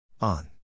On